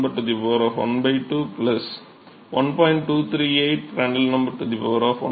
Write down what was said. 238 Pr ½ ஆகும்